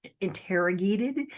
interrogated